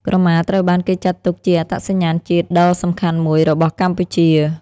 ក្រមាត្រូវបានគេចាត់ទុកជា អត្តសញ្ញាណជាតិ ដ៏សំខាន់មួយរបស់កម្ពុជា។